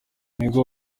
nibwo